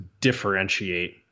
differentiate